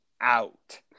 out